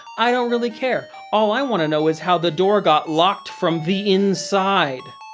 i don't really care, all i want to know is how the door got locked from the inside!